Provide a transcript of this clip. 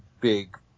big